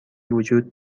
وجود